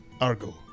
Argo